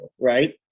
right